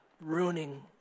ruining